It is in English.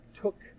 took